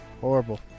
Horrible